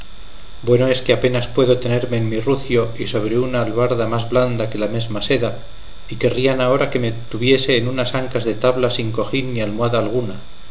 bueno es que apenas puedo tenerme en mi rucio y sobre un albarda más blanda que la mesma seda y querrían ahora que me tuviese en unas ancas de tabla sin cojín ni almohada alguna